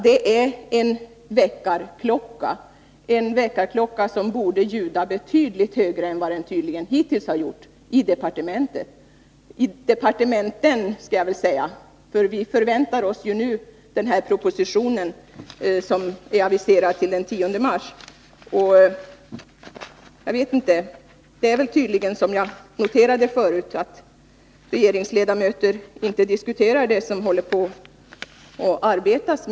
Det är en väckarklocka som borde ljuda betydligt högre än den tydligen hittills har gjort i departementen, så att det avsätter resultat i den proposition som är aviserad till den 10 mars. Jag noterade förut att regeringsledamöter inte diskuterar sådant som är under behandling.